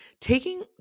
taking